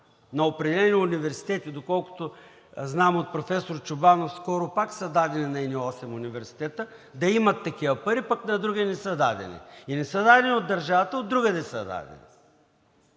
На определени университети, доколкото знам от професор Чобанов, скоро пак са дадени – на едни осем университета, да, имат такива пари, а на други не са дадени. Не са дадени от държавата, а са дадени